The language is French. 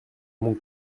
mon